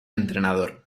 entrenador